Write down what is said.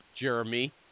Jeremy